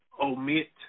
omit